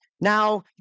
now